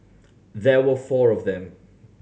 there were four of them